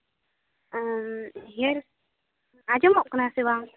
ᱤᱭᱟᱹ ᱟᱡᱚᱢᱚᱜ ᱠᱟᱱᱟ ᱥᱮ ᱵᱟᱝ